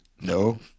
No